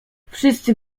wszyscy